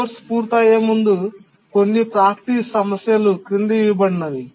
course పూర్తయ్యే ముందు కొన్ని ప్రాక్టీస్ ప్రశ్నలు క్రింద ఇవ్వబడినవి